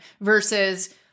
versus